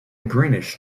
greenish